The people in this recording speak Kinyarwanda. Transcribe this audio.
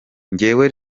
njyewe